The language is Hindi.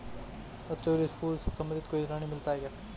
बच्चों के लिए स्कूल से संबंधित कोई ऋण मिलता है क्या?